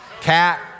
Cat